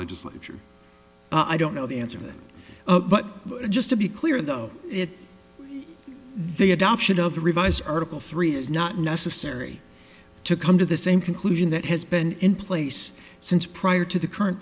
legislature i don't know the answer to that but just to be clear though if the adoption of the revised article three is not necessary to come to the same conclusion that has been in place since prior to the current